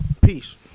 Peace